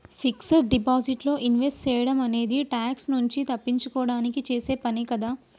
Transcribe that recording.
fixed deposit లో invest సేయడం అనేది ట్యాక్స్ నుంచి తప్పించుకోడానికి చేసే పనే కదా